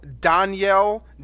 Danielle